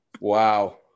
Wow